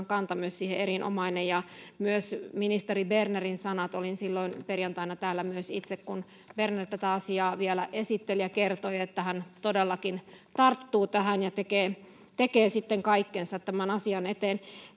kanta siihen erinomainen ja myös ministeri bernerin sanoma olin silloin perjantaina täällä myös itse kun berner tätä asiaa vielä esitteli ja kertoi että hän todellakin tarttuu tähän ja tekee tekee sitten kaikkensa tämän asian eteen